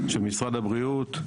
של משרד הבריאות,